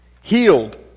healed